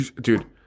Dude